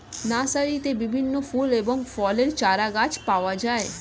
নার্সারিতে বিভিন্ন ফুল এবং ফলের চারাগাছ পাওয়া যায়